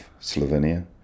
Slovenia